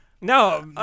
No